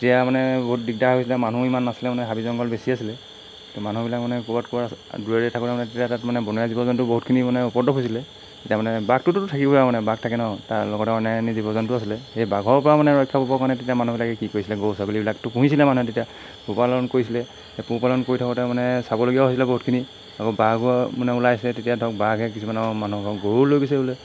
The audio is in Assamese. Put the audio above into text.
তেতিয়া মানে বহুত দিগদাৰ হৈছিলে মানুহ ইমান নাছিলে মানে হাবি জংঘল বেছি আছিলে মানুহবিলাক মানে ক'ৰবাত ক'ৰবাত দূৰে দূৰে থাকোতে মানে তেতিয়া তাত মানে বনৰীয়া জীৱ জন্তু বহুতখিনি মানে উপদ্ৰৱ হৈছিলে তেতিয়া মানে বাঘটোতো থাকিব আৰু মানে বাঘ থাকে ন তাৰ লগতে মানে আন জীৱ জন্তুও আছিলে সেই বাঘৰপৰা মানে ৰক্ষা পাবৰ কাৰণে মানে তেতিয়া মানুহবিলাকে কি কৰিছিলে গৰু ছাগলীবিলাকতো পুহিছিলে মানুহে তেতিয়া পোহ পালন কৰিছিলে সেই পোহ পালন কৰি থাকোঁতে মানে চাবলগীয়া হৈছিলে বহুতখিনি আকৌ বাঘৰ মানে ওলাইছে তেতিয়া ধৰক বাঘে কিছুমানৰ মানুহৰ গৰু লৈ গৈছে বোলে